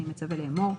אני מצווה לאמור: